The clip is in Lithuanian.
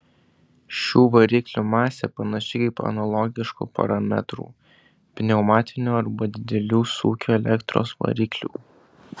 šių variklių masė panaši kaip analogiškų parametrų pneumatinių arba didelių sūkių elektros variklių